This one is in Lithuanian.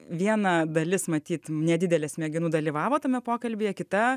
viena dalis matyt nedidelė smegenų dalyvavo tame pokalbyje kita